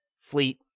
fleet